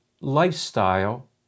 lifestyle